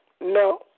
no